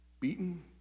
beaten